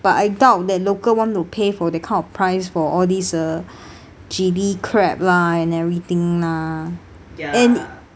but I doubt that local want to pay for that kind of price for all these uh chili crab lah and everything lah and